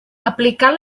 aplicar